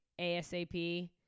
ASAP